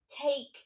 take